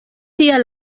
tia